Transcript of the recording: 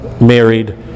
married